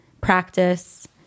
practice